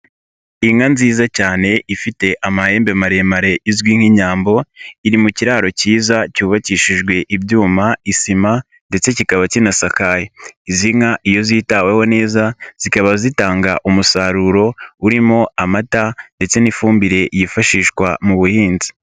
Innka nziza cyane ifite amahembe maremare izwi nk'inyambo, iri mu kiraro cyiza cyubakishijwe ibyuma, isima ndetse kikaba kinasakaye. Izi nka iyo zitaweho neza, zikaba zitanga umusaruro, urimo amata ndetse n'ifumbire yifashishwa mu buhinzi.